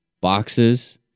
boxes